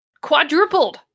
Quadrupled